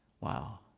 Wow